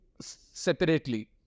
separately